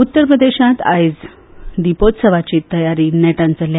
उत्तर प्रदेशांत आयज दिपोत्सवाची तयारी नेटान चल्ल्या